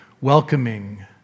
welcoming